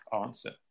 answer